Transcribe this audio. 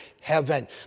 heaven